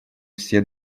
все